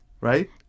right